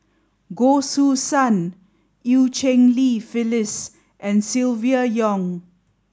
Goh Choo San Eu Cheng Li Phyllis and Silvia Yong